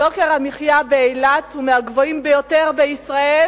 יוקר המחיה באילת הוא מהגבוהים ביותר בישראל,